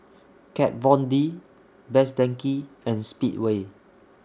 Kat Von D Best Denki and Speedway